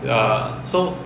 err so